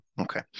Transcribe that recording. Okay